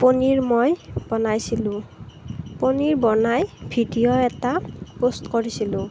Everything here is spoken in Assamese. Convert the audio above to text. পনিৰ মই বনাইছিলো পনিৰ বনাই ভিডিঅ' এটা পষ্ট কৰিছিলো